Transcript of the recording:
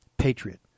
patriot